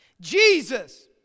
Jesus